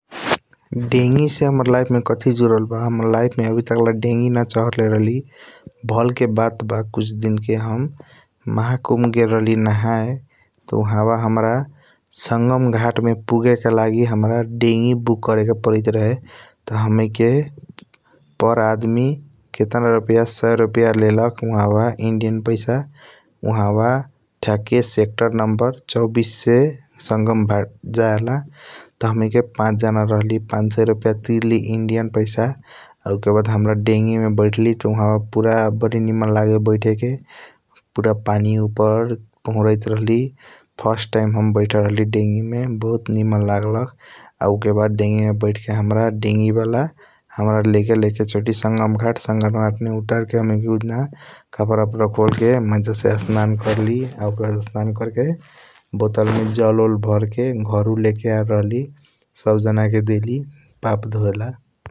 देगी से हाम्रा लाइफ मे कथी जूदल बा हाम्रा लाइफ मे आवी टाकला देगी न चढल रहली भाल के बात ब कुछ दिन के । महकुंब गेल रहली नहाया त उआहब हाम्रा संगमघट मे पूगएके लागि हाम्रा देगी बुक करएके परैत रहे त । हम्नीके पर आदमी कटना रुपया सय रुपया लेलख उआहब इंडियान पैसा टहके सेक्टर नंबर चौबीस से संगम जायला । त हम्नीके पाच जाना राहली पंसाय रुपया तिरली इंडियन पैसा आ उ के बाद हमीके देगी मे बैठाली त उहब बारी निमन लगे बैठेके । पूरा पनि उप्पार पहुरैत रहली फर्स्ट टाइम हम बैठाल रहली देगी मे बहुत निमन लगलख आ उ के बाद देगी मे बैठ के हाम्रा देगी वाला एकचोटी लेगएल । संगम घाट संगम घाट मे उतारके हम्नीके उजना कपड़ा ऑपड़ खोल के मज़ा से आसनन कर्ली ओकरबाद आसनन कर के बोतल मे जल ऑल भर के घर लेको आयल राहली सब जाना के डेले पाप ढोयाल ।